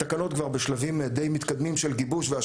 התקנות כבר בשלבים די מתקדמים של גיבוש ושל